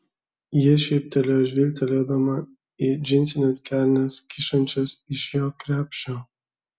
ji šyptelėjo žvilgtelėdama į džinsines kelnes kyšančias iš jo krepšio